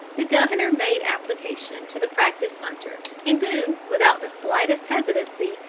the governor made application to the practiced hunter, and boone, without the slightest hesitancy,